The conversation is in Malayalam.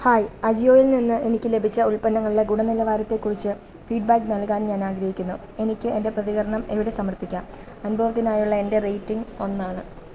ഹായ് അജിയോയിൽ നിന്ന് എനിക്ക് ലഭിച്ച ഉൽപ്പന്നങ്ങളുടെ ഗുണനിലവാരത്തെക്കുറിച്ച് ഫീഡ് ബാക്ക് നൽകാൻ ഞാൻ ആഗ്രഹിക്കുന്നു എനിക്ക് എൻ്റെ പ്രതികരണം എവിടെ സമർപ്പിക്കാം അനുഭവത്തിനായുള്ള എൻ്റെ റേറ്റിംഗ് ഒന്നാണ്